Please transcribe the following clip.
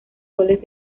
goles